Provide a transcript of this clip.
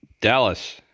Dallas